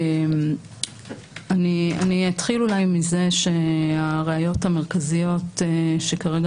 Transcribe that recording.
אני אתחיל אולי מזה שהראיות המרכזיות שכרגע